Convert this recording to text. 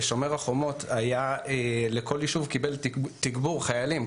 ב"שומר החומות" כל יישוב קיבל תגבור חיילים.